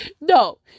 no